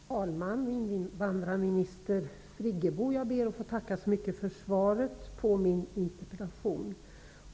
Herr talman! Jag tackar invandrarminister Friggebo så mycket för svaret på min interpellation.